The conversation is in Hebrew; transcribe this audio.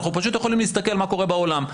אנחנו פשוט יכולים להסתכל מה קורה בעולם.